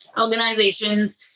organizations